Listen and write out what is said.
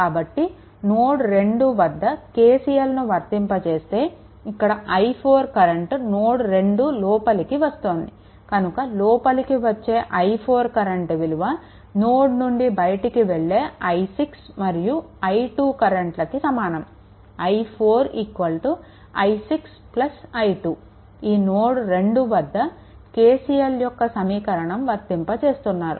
కాబట్టి నోడ్2 వద్ద KCLను వర్తింపజేస్తే ఇక్కడ i4 కరెంట్ నోడ్2 లోపలికి వస్తోంది కనుక లోపలికి వచ్చే i4 కరెంట్ విలువ నోడ్ నుండి బయటికి వెళ్ళే i6 మరియు i2 కరెంట్లకి సమానం i4 i6 i2 ఇది నోడ్ 2 వద్ద KCL యొక్క సమీకరణం వర్తింపచేస్తున్నారు